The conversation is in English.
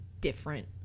different